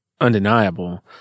undeniable